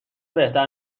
بهتر